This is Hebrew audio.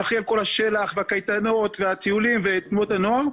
שאחראי על כל השל"ח והקייטנות והטיולים ותנועות הנוער.